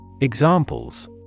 Examples